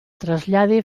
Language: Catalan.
trasllada